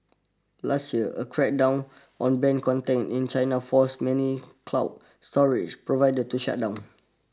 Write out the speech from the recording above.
last year a crackdown on banned content in China forced many cloud storage providers to shut down